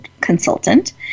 consultant